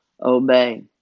obey